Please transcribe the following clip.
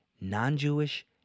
Non-Jewish